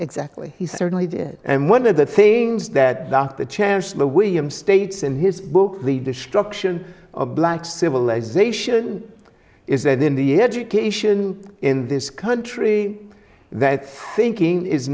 exactly he certainly did and one of the things that the chancellor william states in his book the destruction of black civilization is that in the education in this country that thinking is